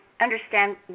understand